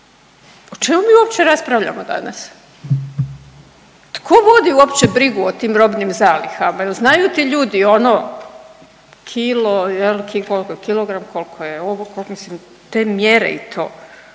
o čemu mi uopće raspravljamo danas? Tko vodi uopće brigu o tim robnim zalihama, jel znaju ti ljudi ono kilo jel koliko je kilogram, koliko je ovo, mislim te mjere i to.